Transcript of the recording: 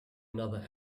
another